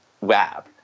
web